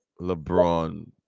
LeBron